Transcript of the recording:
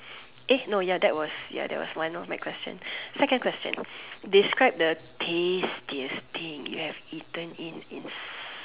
it's no ya that was ya that was one of my question second question describe the tastiest thing you have eaten in ins